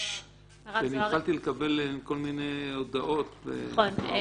-- התחלתי לקבל כל מיני הודעות מהאוצר.